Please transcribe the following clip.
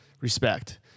respect